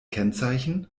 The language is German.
kennzeichen